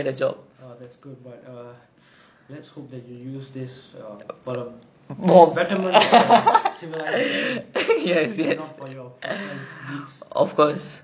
ah that's good but err let's hope that you use this err um for betterment civilisation and not for your personal needs